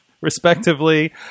respectively